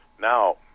now